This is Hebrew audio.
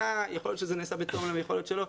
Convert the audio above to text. יכול להיות שזה נעשה בתום לב ויכול להיות שלא,